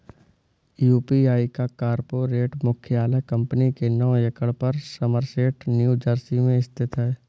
UPI का corporate मुख्यालय company के नौ एकड़ पर समरसेट न्यू जर्सी में स्थित है